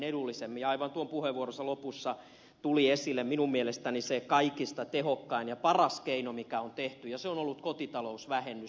aivan tuon puheenvuoron lopussa tuli esille minun mielestäni se kaikista tehokkain ja paras keino mikä on tehty ja se on ollut kotitalousvähennys